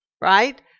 right